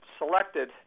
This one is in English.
selected